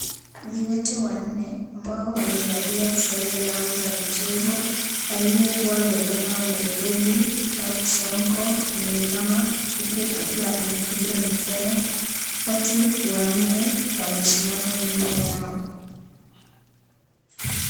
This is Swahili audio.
Viwete wanne ambao wamevalia sare zao za mchezo, aliyekuwa gavana wa Nairobi Mike Sonko ameinama huku akiwa amekunja mikono. Watu wanne wamesimama nyuma yao.